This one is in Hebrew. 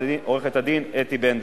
עורכת-הדין אתי בנדלר.